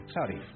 Howdy